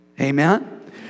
Amen